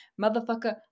Motherfucker